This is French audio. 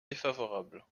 défavorable